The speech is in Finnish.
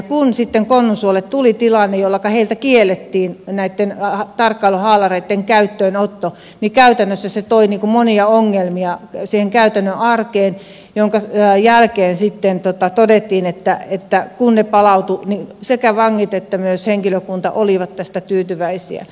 kun sitten konnunsuolle tuli tilanne jolloinka heiltä kiellettiin näitten tarkkailuhaalareitten käyttöönotto käytännössä se toi monia ongelmia siihen käytännön arkeen minkä jälkeen sitten todettiin että kun haalarit palautuivat sekä vangit että myös henkilökunta olivat tästä tyytyväisiä